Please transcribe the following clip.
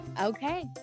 Okay